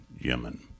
Yemen